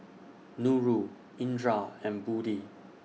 Nurul Indra and Budi